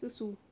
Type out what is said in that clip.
susu